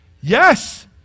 Yes